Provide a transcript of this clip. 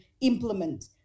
implement